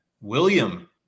William